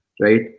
right